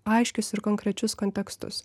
aiškius ir konkrečius kontekstus